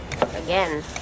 again